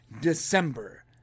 December